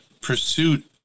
pursuit